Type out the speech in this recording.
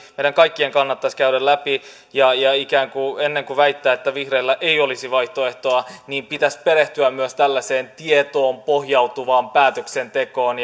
meidän kaikkien kannattaisi käydä läpi ja ja ennen kuin väittää että vihreillä ei olisi vaihtoehtoa niin pitäisi perehtyä myös tällaiseen tietoon pohjautuvaan päätöksentekoon